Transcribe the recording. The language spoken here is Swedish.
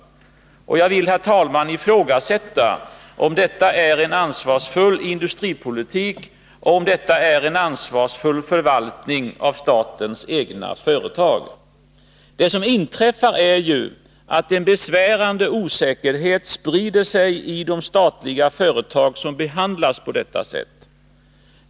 Jag vill, herr talman, ifrågasätta om detta är en ansvarsfull industripolitik och om detta är en ansvarsfull förvaltning av statens egna företag. Det som inträffar är ju att en besvärande osäkerhet sprider sig i de statliga företag som behandlas på detta sätt.